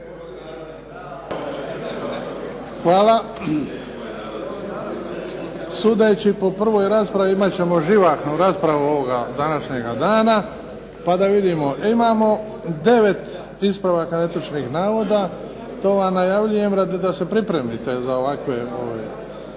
Hvala. Sudeći po prvoj raspravi, imati ćemo živahnu raspravu ovoga današnjega dana. Pa da vidimo, imamo 9 ispravaka netočnih navoda. To vam najavljujem da se pripremite za ovakve.